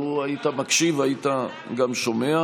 אתה עכשיו מעליב חזירים.